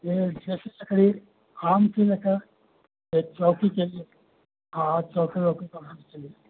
ये जैसे लकड़ी आम की लकड़ ये चौकी के लिए हाँ हाँ चौकी वौकी बनाने के लिए